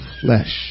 flesh